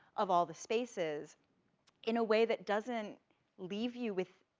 of all the spaces in a way that doesn't leave you with